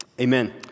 Amen